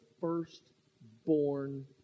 firstborn